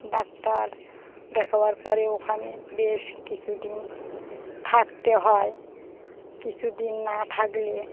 doctor দেখাবার পরে ওখানে বেশ কিছুদিন থাকতে হয় কিছুদিন না থাকলে